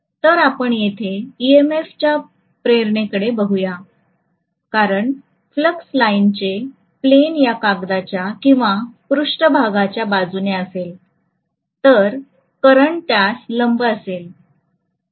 तर आपण येथे EMF च्या प्रेरणेकडे बघूया कारण फ्लक्स लाईनचे प्लेन या कागदाच्या किंवा पृष्ठभागाच्या बाजूने असेल तर करंट त्यास लंब असेल